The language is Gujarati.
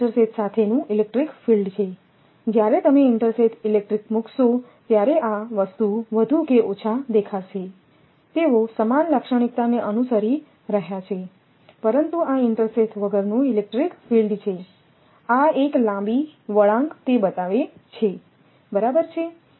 આ ઇન્ટરસેથ સાથેનું ઇલેક્ટ્રિક ફીલ્ડ છે જ્યારે તમે ઇન્ટરસેથ ઇલેક્ટ્રિક મૂકશો ત્યારે આ વસ્તુ વધુ કે ઓછા દેખાશે તેઓ સમાન લાક્ષણિકતાને અનુસરી રહ્યા છે પરંતુ આ ઇન્ટરસેથ વગરનું ઇલેક્ટ્રિક ફીલ્ડ છે આ એક લાંબી વળાંક તે બતાવે છે બરાબર છે